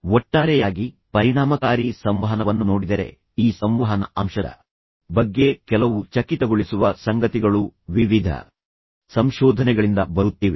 ಒಟ್ಟಾರೆಯಾಗಿ ನೀವು ಪರಿಣಾಮಕಾರಿ ಸಂವಹನವನ್ನು ನೋಡಿದರೆ ಈ ಸಂವಹನ ಅಂಶದ ಬಗ್ಗೆ ಕೆಲವು ಚಕಿತಗೊಳಿಸುವ ಸಂಗತಿಗಳು ವಿವಿಧ ಸಂಶೋಧನೆಗಳಿಂದ ಬರುತ್ತಿವೆ